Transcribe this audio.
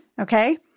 Okay